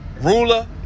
ruler